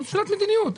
זה מבחינת מדיניות,